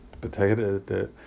potato